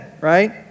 right